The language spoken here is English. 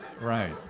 right